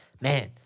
man